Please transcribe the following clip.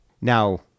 Now